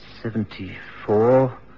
Seventy-four